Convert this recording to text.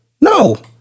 No